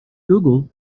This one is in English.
google